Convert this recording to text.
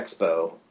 Expo